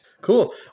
cool